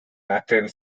attend